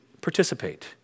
participate